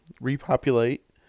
repopulate